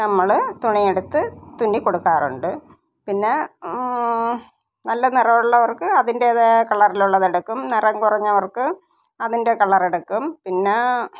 നമ്മൾ തുണി എടുത്ത് തുന്നി കൊടുക്കാറുണ്ട് പിന്നെ നല്ല നിറമുള്ളവര്ക്ക് അതിന്റെതായ കളറിലുള്ളത് എടുക്കും നിറംകുറഞ്ഞവര്ക്ക് അതിന്റെ കളര് എടുക്കും പിന്നെ